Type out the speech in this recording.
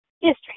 history